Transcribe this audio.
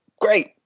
great